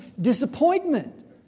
Disappointment